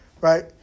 right